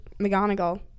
McGonagall